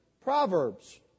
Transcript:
Proverbs